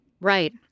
Right